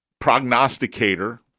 Prognosticator